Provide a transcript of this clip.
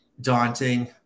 daunting